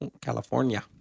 California